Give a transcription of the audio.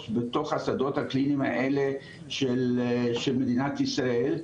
בתוך השדות הקליניים האלה של מדינת ישראל,